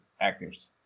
actors